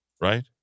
right